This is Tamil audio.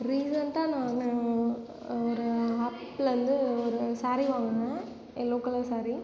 ரீசன்ட்டாக நானும் ஒரு ஆப்லேருந்து ஒரு ஸாரி வாங்கினேன் எல்லோ கலர் ஸாரி